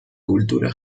cultura